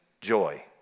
joy